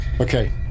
okay